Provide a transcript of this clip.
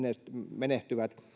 menehtyvät